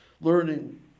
Learning